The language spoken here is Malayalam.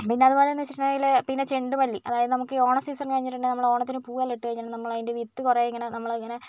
പിന്നെ അതുപോലെ എന്ന് വെച്ചിട്ടുണ്ടെങ്കിൽ പിന്നെ ചെണ്ടുമല്ലി അതായത് നമുക്ക് ഈ ഓണ സീസൺ കഴിഞ്ഞിട്ടുണ്ടെങ്കിൽ ഓണത്തിന് പൂവെല്ലാം ഇട്ടു കഴിഞ്ഞിട്ട് അതിൻ്റെ വിത്ത് കുറെ ഇങ്ങനെ നമ്മൾ ഇങ്ങനെ